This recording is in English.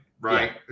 right